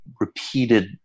repeated